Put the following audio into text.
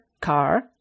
car